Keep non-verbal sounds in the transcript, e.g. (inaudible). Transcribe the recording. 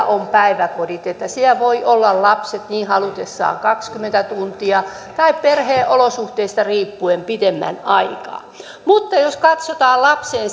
(unintelligible) on päiväkodit jotta siellä voivat olla lapset niin halutessaan kaksikymmentä tuntia tai perheolosuhteista riippuen pidemmän aikaa mutta jos katsotaan lapsen (unintelligible)